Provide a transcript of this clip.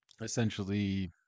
Essentially